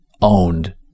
owned